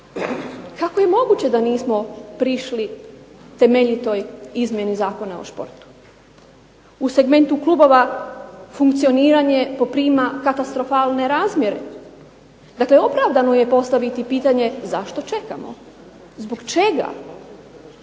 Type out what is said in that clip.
kako je moguće da nismo prišli temeljitoj izmjeni Zakona o športu, u segmentu klubova funkcioniranje poprima katastrofalne razmjere, dakle zašto čekamo? Zbog čega?